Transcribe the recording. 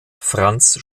franz